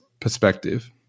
perspective